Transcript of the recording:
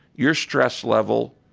your stress level,